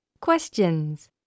Questions